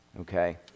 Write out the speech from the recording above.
okay